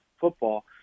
football